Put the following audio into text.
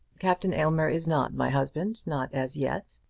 captain aylmer is not my husband not as yet.